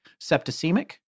septicemic